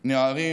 נערים,